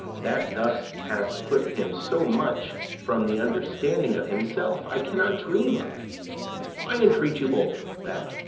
that thus hath put him so much from the understanding of himself, i cannot dream of i entreat you both that,